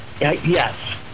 Yes